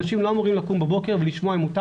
אנשים לא אמורים לקום בבוקר ולשמוע אם מותר